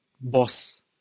boss